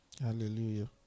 Hallelujah